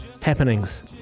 happenings